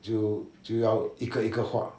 就就要一个一个画